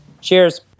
Cheers